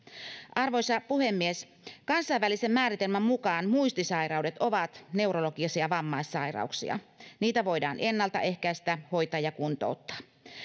arvoisa puhemies kansainvälisen määritelmän mukaan muistisairaudet ovat neurologisia vammaissairauksia niitä voidaan ennaltaehkäistä hoitaa ja kuntouttaa